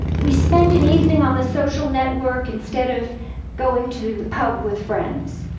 we spend an evening on the social network instead of going to the pub with friends.